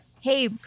hey